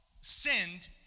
sinned